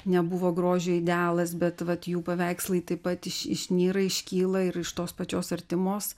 nebuvo grožio idealas bet vat jų paveikslai taip pat išnyra iškyla ir iš tos pačios artimos